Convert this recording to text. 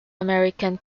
american